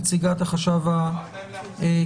נציגת החשב הכללי,